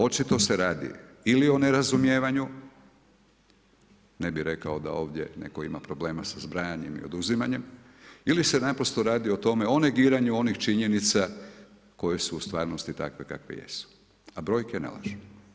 Očito se radi ili o nerazumijevanju, ne bih rekao da ovdje netko ima problema sa zbrajanjem i oduzimanjem ili se naprosto radi o tome, o negiranju onih činjenica koje su u stvarnosti takve kakve jesu, a brojke ne lažu.